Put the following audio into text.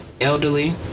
elderly